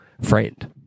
friend